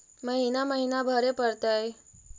महिना महिना भरे परतैय?